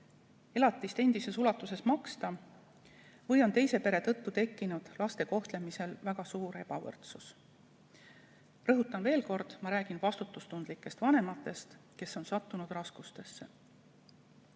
elatist endises ulatuses maksta või on teise pere tõttu tekkinud laste kohtlemisel väga suur ebavõrdsus. Rõhutan veel kord, et ma räägin vastutustundlikest vanematest, kes on sattunud raskustesse.